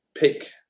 Pick